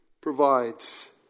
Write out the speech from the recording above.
provides